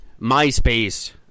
MySpace